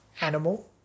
animal